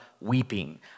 weeping